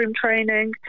training